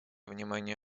внимание